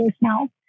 now